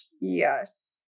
Yes